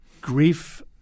Grief